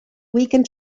weekend